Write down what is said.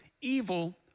evil